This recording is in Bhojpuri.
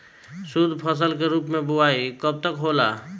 शुद्धफसल के रूप में बुआई कब तक होला?